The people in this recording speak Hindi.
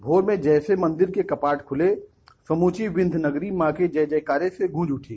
भोर मे जैसे मंदिर के कपाट खुले समूची विंध्य नगरी मां के जय जयकारे से गूँज उठी